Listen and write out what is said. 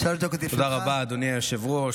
תודה רבה, אדוני היושב-ראש.